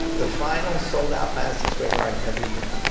the final sold out madison square garden every year.